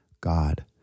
God